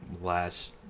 last